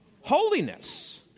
holiness